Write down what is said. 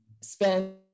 spend